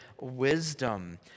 wisdom